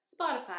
Spotify